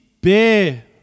bear